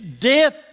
death